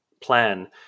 plan